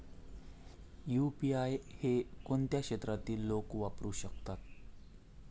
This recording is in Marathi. यु.पी.आय हे कोणत्या क्षेत्रातील लोक वापरू शकतात?